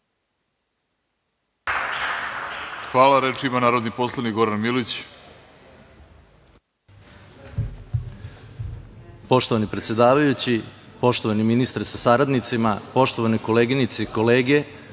Hvala. Reč ima narodni poslanik Goran Milić.